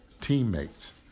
teammates